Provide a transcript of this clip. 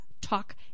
talk